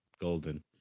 Golden